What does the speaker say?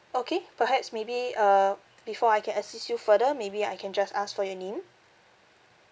okay perhaps maybe uh before I can assist you further maybe I can just ask for your name